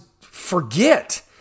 forget